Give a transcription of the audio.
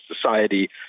society